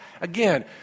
again